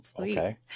Okay